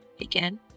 Again